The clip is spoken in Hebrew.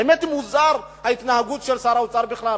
האמת היא, מוזרה ההתנהגות של שר האוצר בכלל.